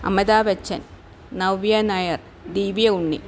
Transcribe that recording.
Amitabh Bachchan Navya Nair Divya Unni